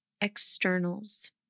externals